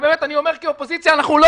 ובאמת אני אומר כאופוזיציה: אנחנו לא